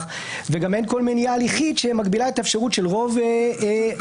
וגם אין כל מניעה הליכית שמגבילה את האפשרות של רוב מקרי,